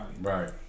Right